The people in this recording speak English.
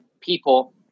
people